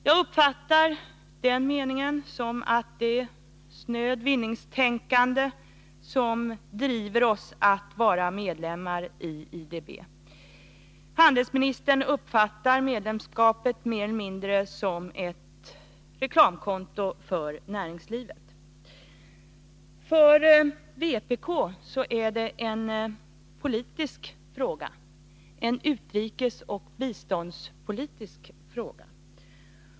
Jag uppfattar den meningen som att det är snöd vinning som driver oss att vara medlemmar i IDB. Handelsministern uppfattar medlemskapet mer eller mindre som ett reklamkonto för näringslivet. För vpk är detta en politisk fråga, en utrikesoch biståndspolitisk fråga.